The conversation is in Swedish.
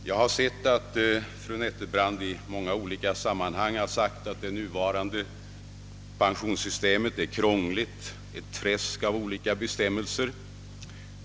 Jag vet att fru Nettelbrandt i många olika sammanhang har sagt, att det nuvarande pensionssystemet är krångligt och ett träsk av olika bestämmelser.